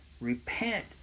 Repent